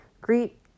Greet